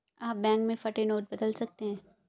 आप बैंक में फटे नोट बदल सकते हैं